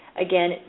again